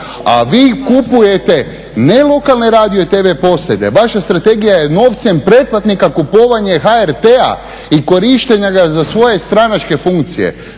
A vi kupujete ne lokalne radio i tv postaje, vaša strategija je novcem pretplatnika kupovanje HRT-a i korištenja ga za svoje stranačke funkcije.